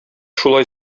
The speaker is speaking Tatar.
шулай